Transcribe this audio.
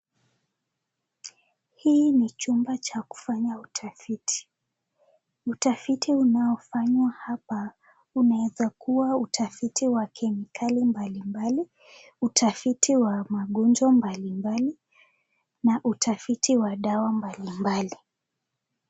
Hii ni chumba cha kufanya utafiti, utafiti unaofanywa hapa unaeza kuwa utafiti wa kemikali mbalimbali, utafiti wa magonjwa mbalimbali na utafiti wa dawa mbalimbali.